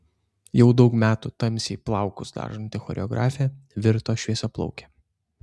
jau daug metų tamsiai plaukus dažanti choreografė virto šviesiaplauke